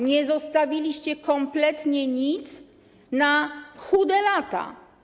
Nie zostawiliście kompletnie nic na chude lata.